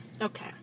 Okay